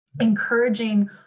encouraging